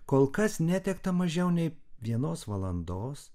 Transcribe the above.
kol kas netekta mažiau nei vienos valandos